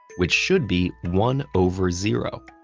which should be one over zero.